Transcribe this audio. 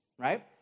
right